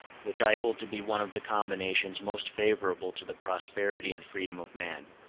which i hold to be one of the combinations most favorable to the prosperity and freedom of man.